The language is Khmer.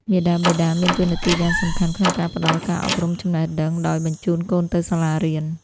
មាតាបិតាមានតួនាទីយ៉ាងសំខាន់ក្នុងការផ្ដល់ការអប់រំចំណេះដឹងដោយបញ្ជូនកូនទៅសាលារៀន។